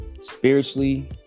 spiritually